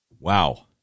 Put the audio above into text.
Wow